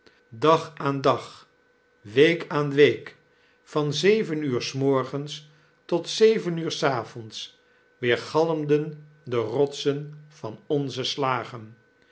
dag aan dag week aan week van zeven uur des morgens tot zeven uur des avonds weergalmden de rotsen van onze slagen